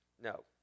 No